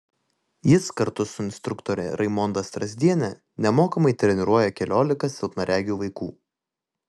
jis kartu su instruktore raimonda strazdiene nemokamai treniruoja keliolika silpnaregių vaikų